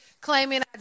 claiming